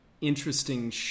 interesting